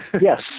Yes